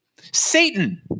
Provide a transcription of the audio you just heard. Satan